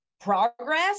progress